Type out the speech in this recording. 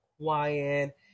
quiet